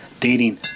dating